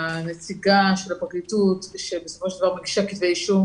הנציגה של הפרקליטות שבסופו של דבר מגישה כתבי אישום,